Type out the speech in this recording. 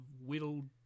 whittled